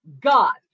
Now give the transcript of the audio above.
God